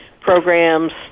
programs